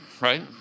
right